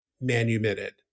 manumitted